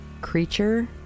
creature